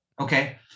Okay